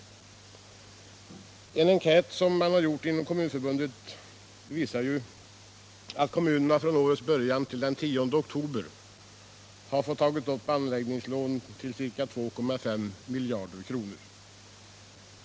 Enligt en enkät som Kommunförbundet har gjort visar det sig att kommunerna från årets början till den 10 oktober upptagit anläggningslån på ca 2,5 miljarder kronor.